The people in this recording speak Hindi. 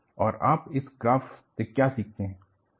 और आप इस ग्राफ से क्या सीखते हैं